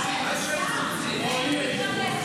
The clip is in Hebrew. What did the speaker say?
מלפיד המסית.